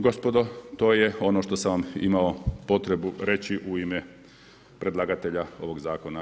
Gospodo, to je ono što sam vam imao potrebu reći u ime predlagatelja ovog Zakona.